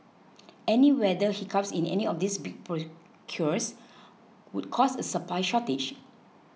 any weather hiccups in any of these big procures would cause a supply shortage